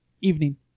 evening